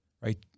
right